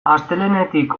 astelehenetik